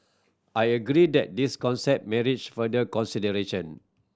I agree that this concept merits further consideration